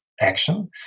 action